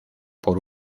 por